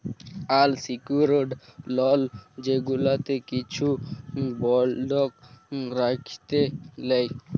আল secured loan যেগুলাতে কিছু বল্ধক রাইখে লেই